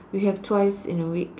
we have twice in a week